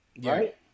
Right